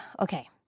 Okay